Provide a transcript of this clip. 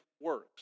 works